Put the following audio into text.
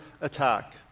attack